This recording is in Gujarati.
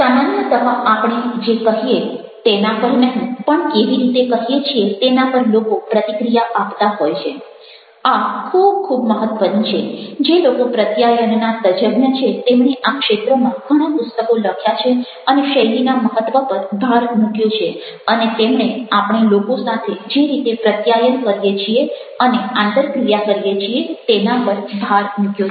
સામાન્યતઃ આપણે જે કહીએ તેના પર નહિ પણ કેવી રીતે કહીએ છીએ તેના પર લોકો પ્રતિક્રિયા આપતા હોય છે આ ખૂબ ખૂબ મહત્ત્વનું છે જે લોકો પ્રત્યાયનના તજજ્ઞ છે તેમણે આ ક્ષેત્રમાં ઘણા પુસ્તકો લખ્યા છે અને શૈલીના મહત્ત્વ પર ભાર મૂક્યો છે અને તેમણે આપણે લોકો સાથે જે રીતે પ્રત્યાયન કરીએ છીએ અને આંતરક્રિયા કરીએ છીએ તેના પર ભાર મૂક્યો છે